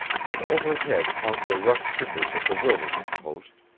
but overhead hung the rough timbers of the wilderness post,